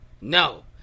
no